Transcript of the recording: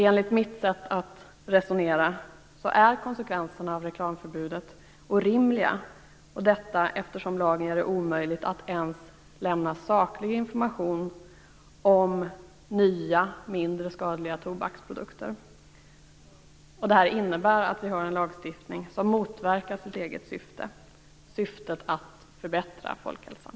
Enligt mitt sätt att resonera är konsekvenserna av reklamförbudet orimliga, eftersom lagen gör det omöjligt att ens lämna saklig information om nya mindre skadliga tobaksprodukter. Det innebär att vi har en lagstiftning som motverkar sitt eget syfte - syftet att förbättra folkhälsan.